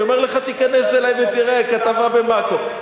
אני אומר לך, תיכנס אלי ותראה כתבה ב"מאקו".